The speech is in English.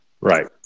Right